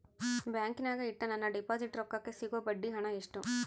ಬ್ಯಾಂಕಿನಾಗ ಇಟ್ಟ ನನ್ನ ಡಿಪಾಸಿಟ್ ರೊಕ್ಕಕ್ಕೆ ಸಿಗೋ ಬಡ್ಡಿ ಹಣ ಎಷ್ಟು?